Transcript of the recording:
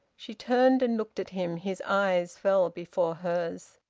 she turned and looked at him. his eyes fell before hers.